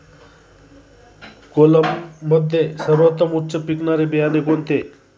कोलममध्ये सर्वोत्तम उच्च पिकणारे बियाणे कोणते?